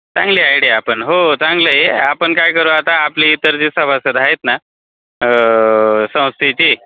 चांगली आयड्या आपण हो चांगले आहे आपण काय करू आता आपली इतर जे सभासद आहेत ना संस्थेचे